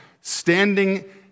standing